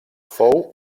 fou